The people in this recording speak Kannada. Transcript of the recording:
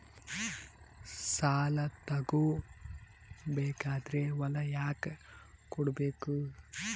ಸಾಲ ತಗೋ ಬೇಕಾದ್ರೆ ಹೊಲ ಯಾಕ ಕೊಡಬೇಕು?